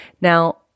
Now